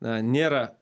na nėra